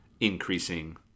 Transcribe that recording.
increasing